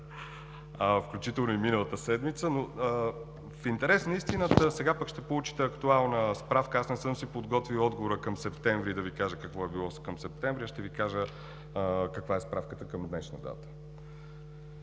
включително и миналата седмица. Но в интерес на истината сега пък ще получите актуална справка. Аз не съм си подготвил отговора към септември, за да Ви кажа какво е било към септември, а ще Ви кажа каква е справката към днешна дата.